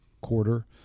quarter